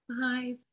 five